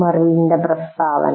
മെറിലിന്റെ പ്രസ്താവന